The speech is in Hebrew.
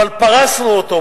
אבל פרסנו אותו,